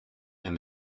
and